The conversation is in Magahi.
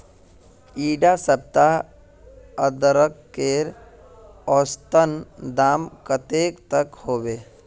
इडा सप्ताह अदरकेर औसतन दाम कतेक तक होबे?